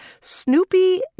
Snoopy